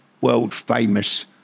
world-famous